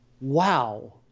Wow